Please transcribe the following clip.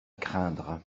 craindre